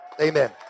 amen